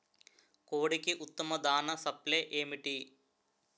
కోడికి ఉత్తమ దాణ సప్లై ఏమిటి?